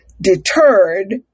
deterred